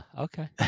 Okay